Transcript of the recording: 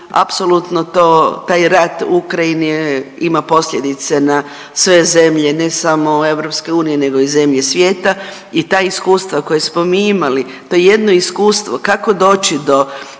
apsolutno to, taj rat u Ukrajini ima posljedice na sve zemlje ne samo EU nego i zemlje svijeta i ta iskustava koje smo mi imali to je jedno iskustvo kako doći do